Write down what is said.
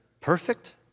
perfect